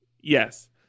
Yes